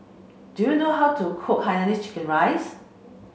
do you know how to cook hainanese chicken rice